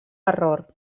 error